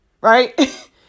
right